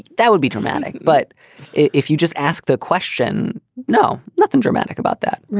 that would be dramatic. but if you just ask the question. no, nothing dramatic about that.